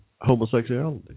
homosexuality